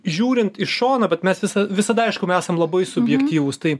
žiūrint iš šono bet mes visa visada aišku esam labai subjektyvūs tai